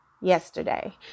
yesterday